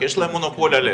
יש להם מונופול עליה,